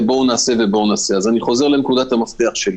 אני חוזר לנקודת המפתח,